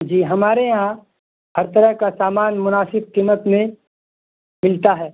جی ہمارے یہاں ہر طرح کا سامان مناسب قیمت میں ملتا ہے